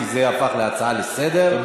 כי זה הפך להצעה לסדר-היום.